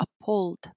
appalled